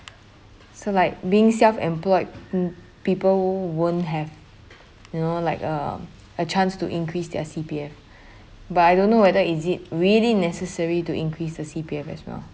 so like being self employed em~ people won't have you know like um a chance to increase their C_P_F but I don't know whether is it really necessary to increase the C_P_F as well